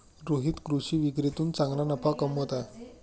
रोहित कृषी विक्रीतून चांगला नफा कमवत आहे